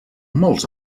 molts